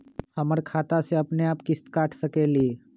हमर खाता से अपनेआप किस्त काट सकेली?